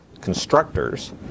constructors